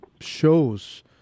shows